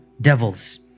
devils